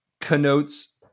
connotes